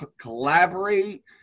collaborate